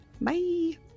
Bye